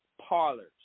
parlors